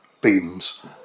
beams